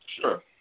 Sure